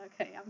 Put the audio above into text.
Okay